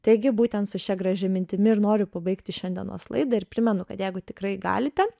taigi būtent su šia gražia mintimi ir noriu pabaigti šiandienos laidą ir primenu kad jeigu tikrai galite